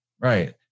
Right